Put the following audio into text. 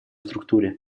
структуре